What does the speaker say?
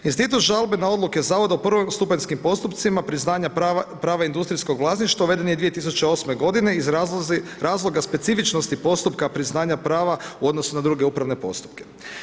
Institut žalbe na odluke zavada u prvostupanjskim postupcima, priznanja prava industrijskog vlasništva, uveden je 2008. g. iz razloga specifičnosti postupka priznanja prava u odnosu na druge upravne postupke.